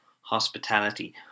hospitality